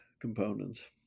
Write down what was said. components